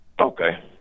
Okay